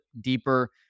deeper